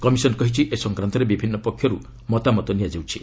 commission କହିଛି ଏ ସଂକ୍ରାନ୍ତରେ ବିଭିନ୍ନ ପକ୍ଷରୁ ମତାମତ ନିଆଯାଉଛି